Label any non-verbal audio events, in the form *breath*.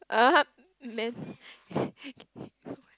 (uh huh) man *breath*